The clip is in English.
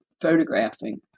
photographing